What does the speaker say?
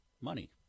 Money